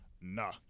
nah